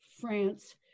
France